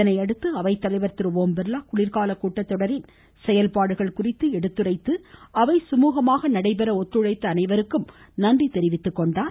இதனையடுத்து அவைத்தலைவர் திரு ஓம்பிர்லா குளிர்கால கூட்டத்தொடரின் செயல்பாடுகள் குறித்து எடுத்துரைத்து அவை சுமூகமாக நடைபெற ஒத்துழைத்த அனைவருக்கும் நன்றி தெரிவித்துக்கொண்டார்